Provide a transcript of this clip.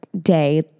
day